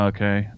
Okay